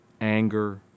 anger